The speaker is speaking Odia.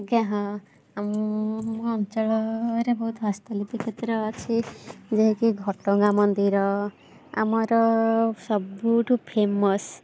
ଆଜ୍ଞା ହଁ ଆମ ଅଞ୍ଚଳରେ ବହୁତ ହସ୍ତଲିପି କ୍ଷେତ୍ର ଅଛି ଯାହାକି ଘଟଗାଁ ମନ୍ଦିର ଆମର ସବୁଠୁ ଫେମସ୍